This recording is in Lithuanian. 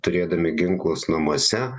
turėdami ginklus namuose